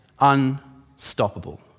unstoppable